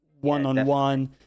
one-on-one